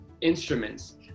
instruments